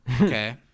okay